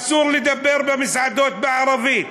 אסור לדבר במסעדות בערבית,